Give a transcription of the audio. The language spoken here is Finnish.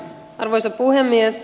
arvoisa puhemies